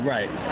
Right